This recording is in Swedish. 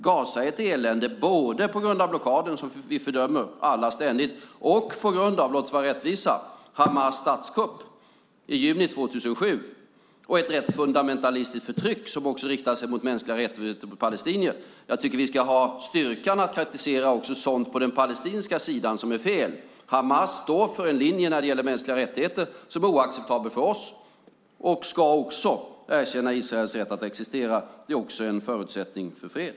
Gaza är ett elände, både på grund av blockaden, som vi alla ständigt fördömer, och på grund av - låt oss vara rättvisa - Hamas statskupp i juni 2007 och ett rätt fundamentalistiskt förtryck som också riktar sig mot mänskliga rättigheter för palestinier. Jag tycker att vi ska ha styrkan att kritisera också sådant på den palestinska sidan som är fel. Hamas står för en linje när det gäller mänskliga rättigheter som är oacceptabel för oss, och de ska också erkänna Israels rätt att existera. Det är också en förutsättning för fred.